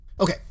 Okay